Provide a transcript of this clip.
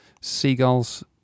seagull's